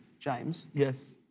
james yes.